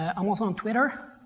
and i'm also on twitter.